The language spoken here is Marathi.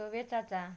तो वेचायचा